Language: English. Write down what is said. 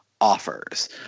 offers